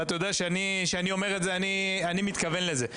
ואתה יודע שכשאני אומר את זה אני מתכוון לזה,